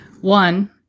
One –